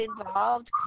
involved